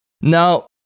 Now